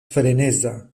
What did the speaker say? freneza